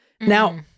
Now